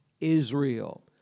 Israel